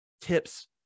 tips